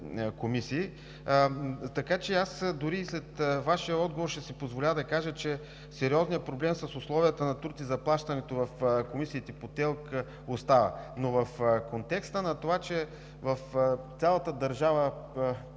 Така че дори и след Вашия отговор ще си позволя да кажа, че сериозният проблем с условията на труд и заплащането в ТЕЛК остава. В контекста на това, че в цялата държава